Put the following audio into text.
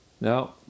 No